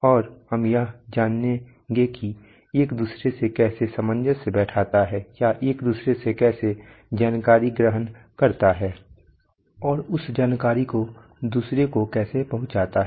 और हम यह जानेंगे कि एक दूसरे से कैसे सामंजस्य बैठता है या एक दूसरे से कैसे जानकारी ग्रहण करता है और उस जानकारी को दूसरे को कैसे पहुंचाता है